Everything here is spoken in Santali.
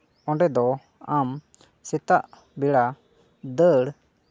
ᱚᱸᱰᱮ ᱫᱚ ᱟᱢ ᱥᱮᱛᱟᱜ ᱵᱮᱲᱟ ᱫᱟᱹᱲ